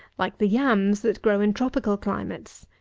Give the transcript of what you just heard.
like the yams that grow in tropical climates.